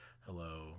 hello